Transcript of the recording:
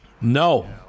No